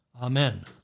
Amen